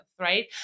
right